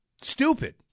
stupid